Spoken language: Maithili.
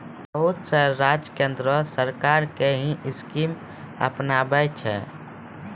बहुत से राज्य केन्द्र सरकार के ही स्कीम के अपनाबै छै